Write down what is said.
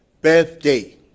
Birthday